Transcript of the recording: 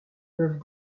peuvent